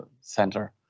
center